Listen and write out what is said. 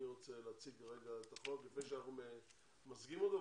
מי רוצה להציג את החוק לפני שאנחנו ממזגים אותו.